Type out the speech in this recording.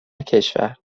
کشور